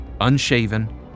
unshaven